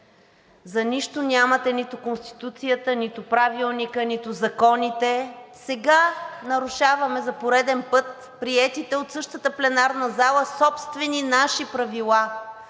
за нищо нямате нито Конституцията, нито Правилника, нито законите. Сега нарушаваме за пореден път приетите от същата пленарна зала собствени наши правила.